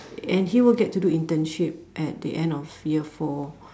and he will get to do internship at the end of year four